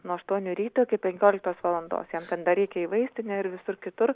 nuo aštuonių ryto iki penkioliktos valandos jam ten dar reikia į vaistinę ir visur kitur